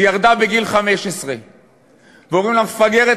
היא ירדה בגיל 15. אומרים לה: מפגרת,